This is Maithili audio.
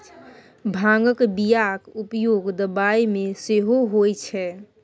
भांगक बियाक उपयोग दबाई मे सेहो होए छै